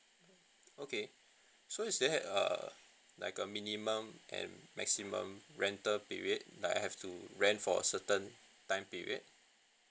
okay so is there err like a minimum and maximum rental period like I have to rent for a certain time period